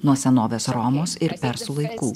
nuo senovės romos ir persų laikų